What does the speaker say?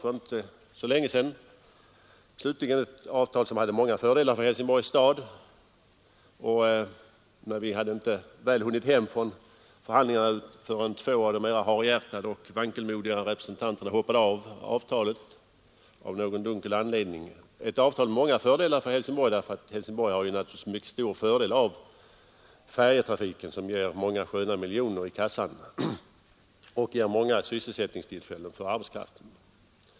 För inte så länge sedan slöts ett avtal, men vi hade inte väl hunnit hem från förhandlingarna förrän två av de mera harhjärtade och vankelmodiga representanterna hoppade av från avtalet av någon dunkel anledning. Det avtalet hade inneburit många fördelar för Helsingborg, eftersom färjetrafiken naturligtvis är till stort gagn för Helsingborg — den ger många sköna miljoner i kassan och ger många sysselsättningstillfällen för arbetskraften.